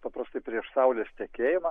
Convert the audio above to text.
paprastai prieš saulės tekėjimą